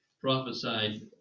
prophesied